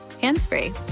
hands-free